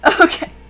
Okay